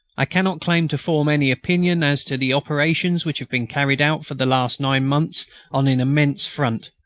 i cannot claim to form any opinion as to the operations which have been carried out for the last nine months on an immense front.